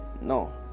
No